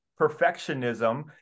Perfectionism